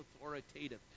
authoritative